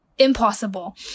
Impossible